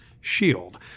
shield